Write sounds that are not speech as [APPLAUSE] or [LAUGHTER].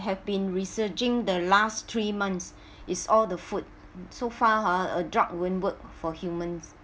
have been researching the last three months [BREATH] is all the food so far ha a drug won't work for humans